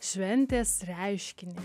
šventės reiškinį